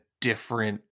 different